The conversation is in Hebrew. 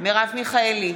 מרב מיכאלי,